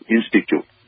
Institute